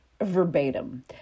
verbatim